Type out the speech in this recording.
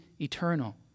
eternal